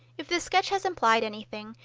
if this sketch has implied anything,